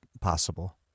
possible